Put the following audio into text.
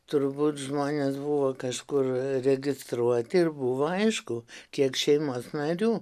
turbūt žmonės buvo kažkur registruoti ir buvo aišku kiek šeimos narių